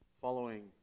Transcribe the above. following